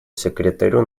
секретарю